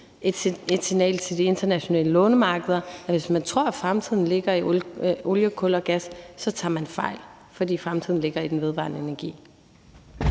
og til de internationale lånemarkeder om, at hvis man tror, at fremtiden ligger i olie, kul og gas, så tager man fejl. For fremtiden ligger i den vedvarende energi.